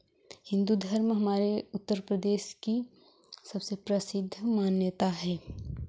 हिंदू धर्म हमारे उत्तरप्रदेश की सबसे प्रसिद्ध मान्यता है